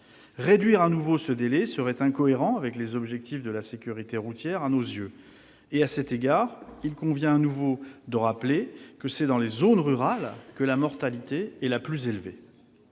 Réduire encore ce délai serait incohérent, à nos yeux, avec les objectifs de la sécurité routière. À cet égard, il convient de nouveau de rappeler que c'est dans les zones rurales que la mortalité est la plus élevée.